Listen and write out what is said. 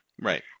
Right